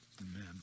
amen